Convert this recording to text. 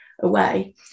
away